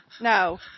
No